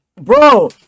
Bro